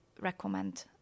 recommend